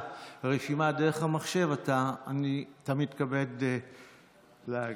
הרשימה דרך המחשב, אתה מתכבד להתחיל.